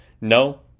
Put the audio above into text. No